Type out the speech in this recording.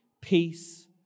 peace